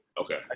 Okay